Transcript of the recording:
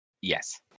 Yes